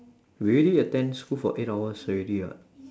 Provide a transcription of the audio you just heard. we already attend school for eight hours already what